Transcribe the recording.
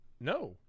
no